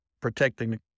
protecting